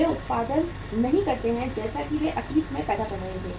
वे उत्पादन नहीं करते हैं जैसा कि वे अतीत में पैदा कर रहे थे